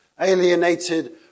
Alienated